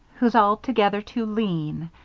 who's altogether too lean.